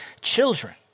children